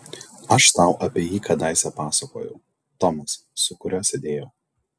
aš tau apie jį kadaise pasakojau tomas su kuriuo sėdėjau